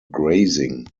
grazing